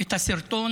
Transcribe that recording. את הסרטון,